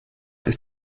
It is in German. ist